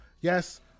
yes